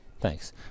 thanks